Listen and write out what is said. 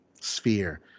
sphere